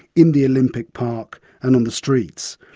in the olympic park and on the streets.